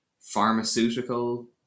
pharmaceutical